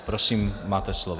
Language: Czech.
Prosím, máte slovo.